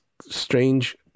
strange